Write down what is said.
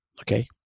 okay